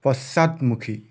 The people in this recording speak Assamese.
পশ্চাদমুখী